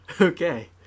Okay